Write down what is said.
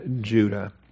Judah